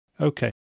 Okay